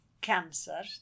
Cancer